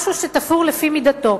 משהו שתפור לפי מידתו.